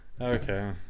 Okay